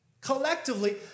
collectively